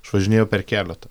aš važinėjau per keletą